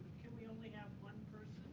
can we only have one